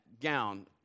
gown